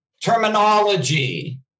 terminology